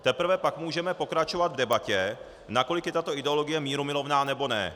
Teprve pak můžeme pokračovat v debatě, nakolik je tato ideologie mírumilovná, nebo ne.